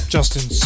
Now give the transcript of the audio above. Justin